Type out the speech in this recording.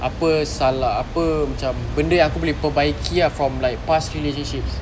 apa salah apa macam benda yang aku boleh perbaiki from like past relationships